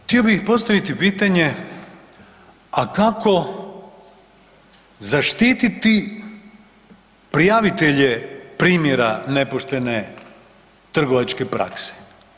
Htio bih postaviti pitanje, a kako zaštititi prijavitelje primjera nepoštene trgovačke prakse?